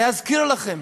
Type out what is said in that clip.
להזכיר לכם.